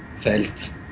felt